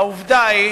העובדה היא